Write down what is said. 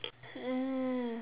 uh